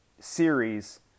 series